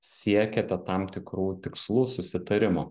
siekiate tam tikrų tikslų susitarimų